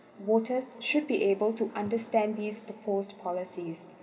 voters should be able to understand these proposed policies